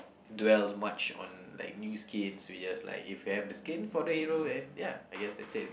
dwell as much on like new skins we just like if you have the skin for the hero and ya I guess that's it